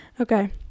okay